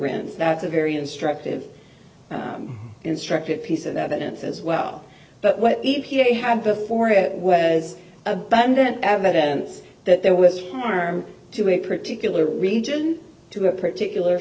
rents that's a very instructive instructive piece of evidence as well but what e p a had before it was abundant evidence that there was an arm to a particular region to a particular